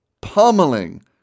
pummeling